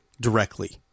Directly